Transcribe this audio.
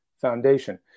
Foundation